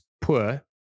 poor